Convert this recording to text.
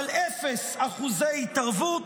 אבל אפס אחוז התערבות,